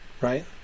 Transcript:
right